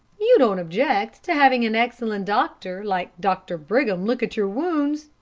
you don't object to having an excellent doctor like doctor brigham look at your wounds,